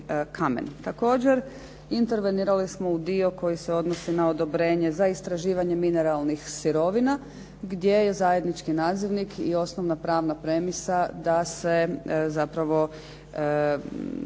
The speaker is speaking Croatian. Također, intervenirali smo u dio koji se odnosi na odobrenje za istraživanje mineralnih sirovina, gdje je zajednički nazivnik i osnovna pravna premisa da se zapravo